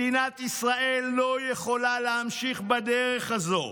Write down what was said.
מדינת ישראל לא יכולה להמשיך בדרך הזאת,